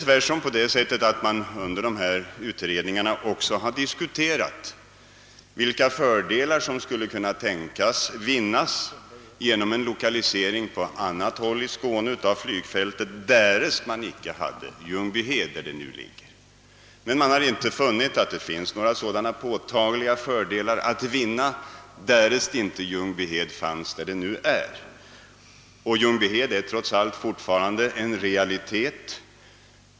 Tvärtom har man under dessa utredningar också diskuterat vilka fördelar som skulle kunna vinnas genom en lokalisering till annat håll i Skåne av flygfältet, därest man icke hade kvar Ljungbyhed. Men man har inte funnit några påtagliga sådana. Ljungbyhed är trots allt fortfarande en realitet.